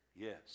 Yes